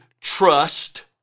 trust